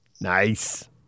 Nice